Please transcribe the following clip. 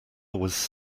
was